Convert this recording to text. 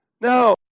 Now